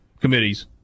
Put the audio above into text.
committees